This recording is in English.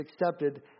accepted